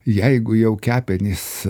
jeigu jau kepenys